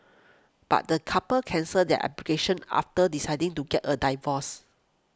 but the couple cancelled their application after deciding to get a divorce